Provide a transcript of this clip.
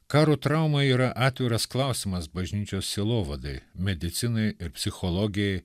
karo trauma yra atviras klausimas bažnyčios sielovadai medicinai ir psichologijai